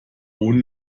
ohne